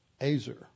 Azer